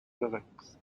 lyrics